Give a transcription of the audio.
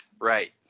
Right